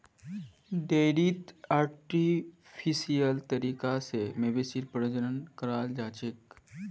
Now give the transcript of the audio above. डेयरीत आर्टिफिशियल तरीका स मवेशी प्रजनन कराल जाछेक